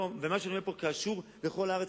מה שאני אומר פה קשור לכל הארץ,